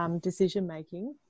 decision-making